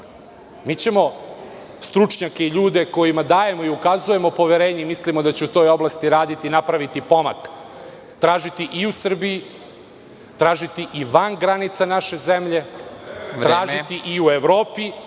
mi ćemo stručnjake i ljude kojima dajemo i ukazujemo poverenje i mislimo da će u toj oblasti raditi i napraviti pomak, tražiti i u Srbiji, tražiti i van granica naše zemlje, tražiti i u Evropi,